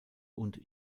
und